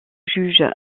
juge